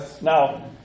Now